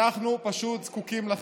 אנחנו פשוט זקוקים לכם.